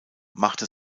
machte